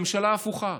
ממשלה הפוכה.